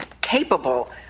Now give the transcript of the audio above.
capable